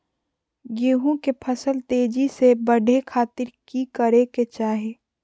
गेहूं के फसल तेजी से बढ़े खातिर की करके चाहि?